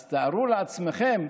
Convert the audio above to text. אז תארו לעצמכם